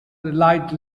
allied